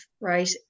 right